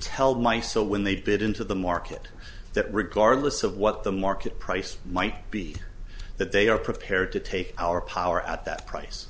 tell my so when they did into the market that regardless of what the market price might be that they are prepared to take our power at that price